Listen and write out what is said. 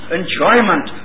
enjoyment